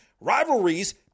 rivalries